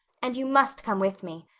and you must come with me.